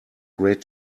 great